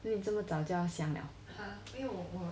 then 你这么早就想 liao